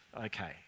Okay